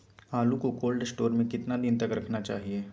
आलू को cold store में कितना दिन तक रखना चाहिए?